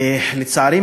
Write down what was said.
לצערי,